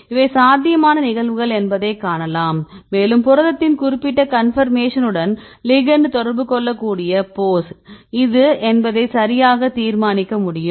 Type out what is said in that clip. இவை சாத்தியமான நிகழ்வுகள் என்பதை காணலாம் மேலும் புரதத்தின் குறிப்பிட்ட கன்பர்மேஷனுடன் லிகெண்ட் தொடர்பு கொள்ளக்கூடிய போஸ் இது என்பதை சரியாக தீர்மானிக்க முடியும்